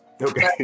Okay